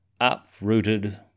uprooted